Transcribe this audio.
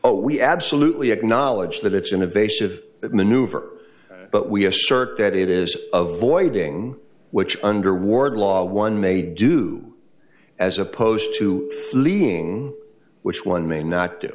oh we absolutely acknowledge that it's innovation of maneuver but we assert that it is of voiding which under wardlaw one may do as opposed to fleeing which one may not do